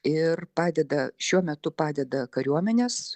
ir padeda šiuo metu padeda kariuomenės